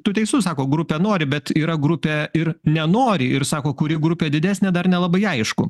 tu teisus sako grupė nori bet yra grupė ir nenori ir sako kuri grupė didesnė dar nelabai aišku